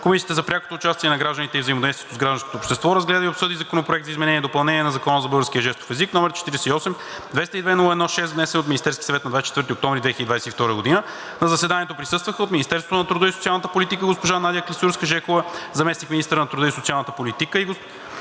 Комисията за прякото участие на гражданите и взаимодействието с гражданското общество разгледа и обсъди Законопроект за изменение и допълнение на Закона за българския жестов език, № 48 202-01-6, внесен от Министерския съвет на 24 октомври 2022 г. На заседанието присъстваха: от Министерството на труда и социалната политика: госпожа Надя Клисурска-Жекова – заместник-министър на труда и социалната политика,